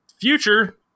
future